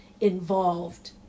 involved